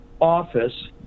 office